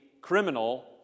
criminal